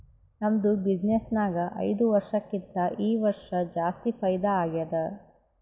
ನಮ್ದು ಬಿಸಿನ್ನೆಸ್ ನಾಗ್ ಐಯ್ದ ವರ್ಷಕ್ಕಿಂತಾ ಈ ವರ್ಷ ಜಾಸ್ತಿ ಫೈದಾ ಆಗ್ಯಾದ್